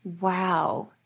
Wow